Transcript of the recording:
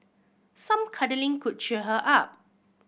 some cuddling could cheer her up